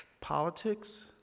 Politics